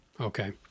okay